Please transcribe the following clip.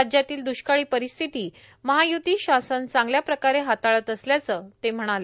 राज्यातील दुष्काळी परिस्थिती महायुती शासन चांगल्या प्रकारे हाताळत असल्याचं ते म्हणाले